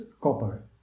copper